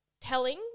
telling